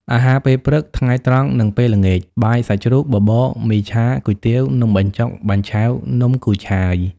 អាហារពេលព្រឹក ថ្ងៃត្រង់នឹងពេលល្ងាច បាយសាច់ជ្រូក បបរ មីឆា គុយទាវ នំបញ្ចុក បាញ់ឆែវ នំគូឆាយ ។